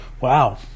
Wow